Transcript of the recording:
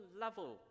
level